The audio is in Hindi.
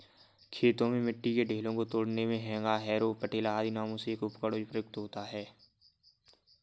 खेतों में मिट्टी के ढेलों को तोड़ने मे हेंगा, हैरो, पटेला आदि नामों से एक उपकरण प्रयुक्त होता है